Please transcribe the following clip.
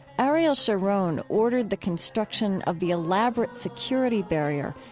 ariel sharon ordered the construction of the elaborate security barrier,